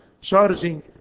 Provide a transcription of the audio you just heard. charging